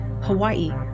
Hawaii